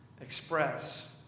express